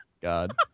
God